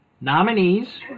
Nominees